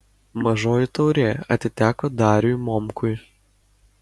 mažoji taurė atiteko dariui momkui